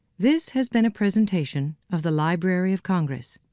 this has been a presentation of the library of congress.